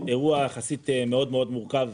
אירוע יחסית מאוד מאוד מורכב.